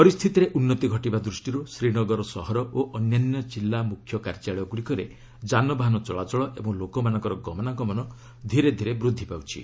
ପରିସ୍ଥିତିରେ ଉନ୍ନତି ଘଟିବା ଦୃଷ୍ଟିରୁ ଶ୍ରୀନଗର ସହର ଓ ଅନ୍ୟାନ୍ୟ ଜିଲ୍ଲା ମୁଖ୍ୟ କାର୍ଯ୍ୟାଳୟଗୁଡ଼ିକରେ ଯାନବାହନ ଚଳାଚଳ ଓ ଲୋକମାନଙ୍କର ଗମନାଗମନ ଧୀରେ ଧୀରେ ବୃଦ୍ଧି ପାଉଛି